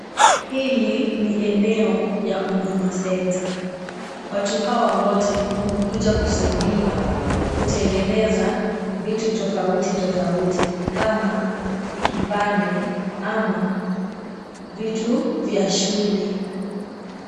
Hili ni eneo ya Huduma Centre. Watu hawa wote wamekuja kusaidiwa kutengeneza vitu tofauti tofauti kama kipande ama vitu vya shule.